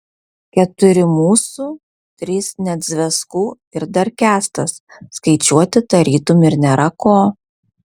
keturi mūsų trys nedzveckų ir dar kęstas skaičiuoti tarytum ir nėra ko